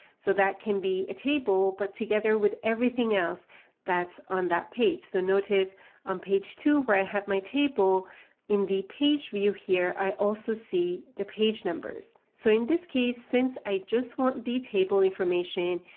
so that can be a table, but together with everything else that's on that page. so notice on page two where i have my table in the page view here, i also see the page numbers. so in this case, since i just want the table information,